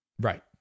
Right